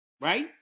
Right